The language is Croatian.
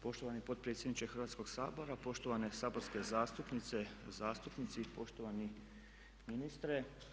Poštovani potpredsjedniče Hrvatskog sabora, poštovane saborske zastupnice, zastupnici i poštovani ministre.